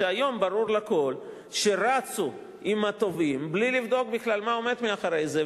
שהיום ברור לכול שרצו עם התובעים בלי לבדוק בכלל מה עומד מאחורי זה.